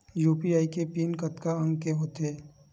UPI के PIN कतका अंक के होथे?